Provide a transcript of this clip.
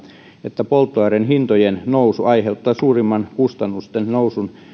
että polttoaineiden hintojen nousu aiheuttaa suurimman kustannusten nousun